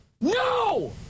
No